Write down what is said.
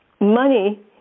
money